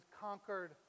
conquered